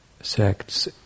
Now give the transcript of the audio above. sects